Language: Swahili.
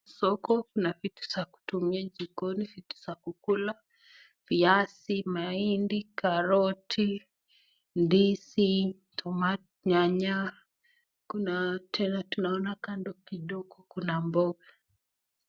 Soko kuna vitu za kutumia jikoni, vitu za kukula, viazi, mahindi, karoti, ndizi, tomato, nyanya, kuna tena tunaona kando kidogo, kuna mboga.